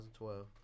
2012